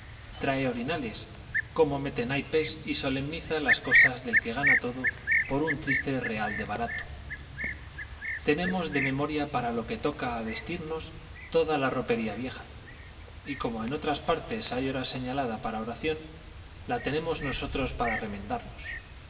trae orinales cómo mete naipes y solemniza las cosas del que gana todo por un triste real de barato tenemos de memoria para lo que toca a vestirnos toda la ropería vieja y como en otras partes hay hora señalada para oración la tenemos nosotros para remendarnos